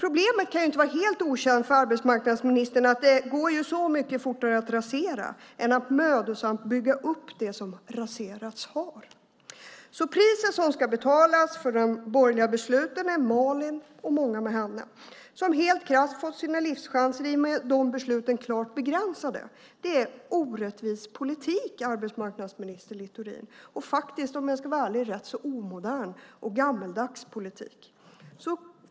Det kan inte vara helt okänt för arbetsmarknadsministern att det går mycket fortare att rasera än att mödosamt bygga upp det som raserats har. Priset för de borgerliga besluten får betalas av Malin och många med henne som helt krasst fått sina livschanser klart begränsade i och med besluten. Det är en orättvis politik, arbetsmarknadsminister Littorin. Och om jag ska vara ärlig är det faktiskt en rätt omodern och gammaldags politik.